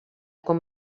com